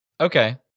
Okay